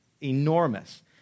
enormous